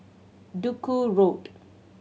Duku Road